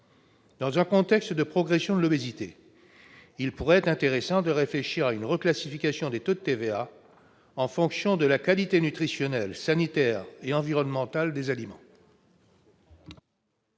Dans un contexte de progression de l'obésité, il pourrait être intéressant de réfléchir à une reclassification des taux de TVA en fonction de la qualité nutritionnelle, sanitaire et environnementale des aliments.